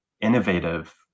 innovative